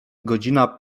godzina